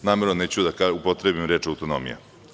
Namerno neću da upotrebi reč autonomija.